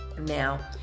Now